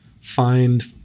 find